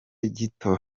gito